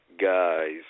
guys